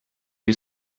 you